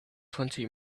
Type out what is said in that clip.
twenty